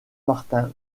martin